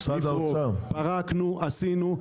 פרקנו, עשינו.